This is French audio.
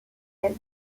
elle